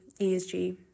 ESG